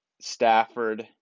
Stafford